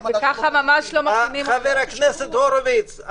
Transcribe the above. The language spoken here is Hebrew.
וככה ממש לא --- חבר הכנסת הורביץ,